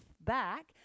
back